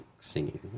Singing